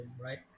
right